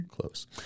close